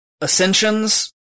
Ascensions